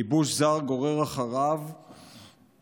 כיבוש זר גורר אחריו התנגדות,